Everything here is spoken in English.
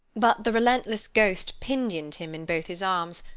but the relentless ghost pinioned him in both his arms,